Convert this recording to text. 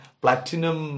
platinum